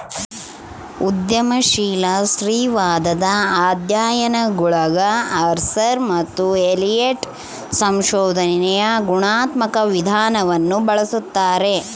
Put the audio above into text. ಉದ್ಯಮಶೀಲ ಸ್ತ್ರೀವಾದದ ಅಧ್ಯಯನಗುಳಗಆರ್ಸರ್ ಮತ್ತು ಎಲಿಯಟ್ ಸಂಶೋಧನೆಯ ಗುಣಾತ್ಮಕ ವಿಧಾನವನ್ನು ಬಳಸ್ತಾರೆ